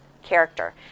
character